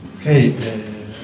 Okay